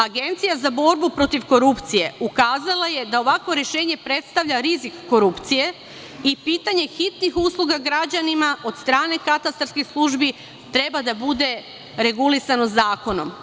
Agencija za borbu protiv korupcije ukazala je da ovakvo rešenje predstavlja rizik korupcije i pitanje hitnih usluga građanima od strane katastarskih službi treba da bude regulisano zakonom.